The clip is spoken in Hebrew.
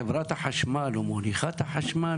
חברת החשמל או מוליכת החשמל,